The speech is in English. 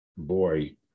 boy